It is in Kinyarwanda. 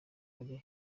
ari